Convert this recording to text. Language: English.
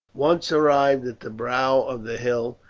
once arrived at the brow of the hill,